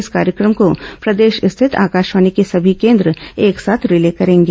इस कार्यक्रम को प्रदेश स्थित आकाशवाणी के सभी केन्द्र एक साथ रिले करेंगे